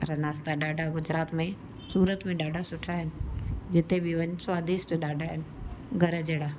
पर नाश्ता ॾाढा गुजरात में सूरत में ॾाढा सुठा आहिनि जिते बि वञु स्वादिष्ट ॾाढा आहिनि घर जहिड़ा